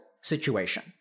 situation